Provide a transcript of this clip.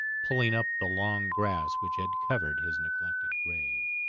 pulling up the long grass which had covered his neglected grave.